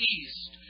east